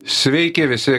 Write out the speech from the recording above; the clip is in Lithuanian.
sveiki visi